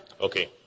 Okay